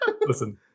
Listen